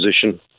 position